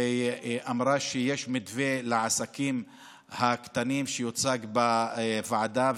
והיא אמרה שיש מתווה לעסקים הקטנים שיוצג בוועדה,